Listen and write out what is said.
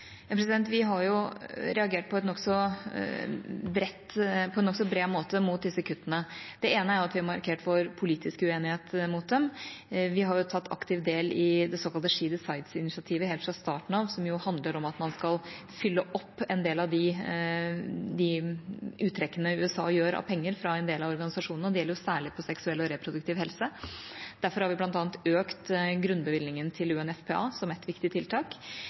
Vi har reagert på en nokså bred måte mot disse kuttene. Det ene er at vi har markert vår politiske uenighet mot dem. Vi tok helt fra starten av aktivt del i det såkalte She Decides-initiativet, som handler om at man skal fylle opp en del av de uttrekkene USA gjør av penger fra en del av organisasjonene. Det gjelder særlig på området for seksuell og reproduktiv helse. Derfor har vi bl.a. økt grunnbevilgningen til UNFPA, som ett viktig tiltak.